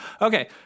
Okay